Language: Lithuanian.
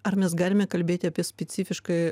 ar mes galime kalbėti apie specifiškai